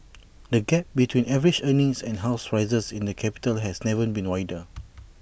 the gap between average earnings and house prices in the capital has never been wider